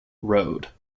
road